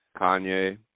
Kanye